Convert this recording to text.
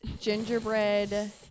gingerbread